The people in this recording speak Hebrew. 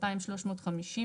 2,350,